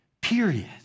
period